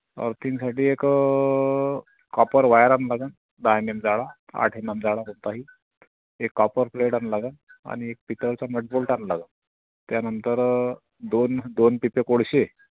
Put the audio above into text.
अर्थिंगसाठी एक copper wire आणता का दहा एम एम जाडा आठ एम एम जाडा आणता येईल एक कॉपर प्लेट आणायला लागेल आणि एक पितळचा नट बोल्ट आणायला लागेल त्यानंतर दोन दोन पिते कोळशे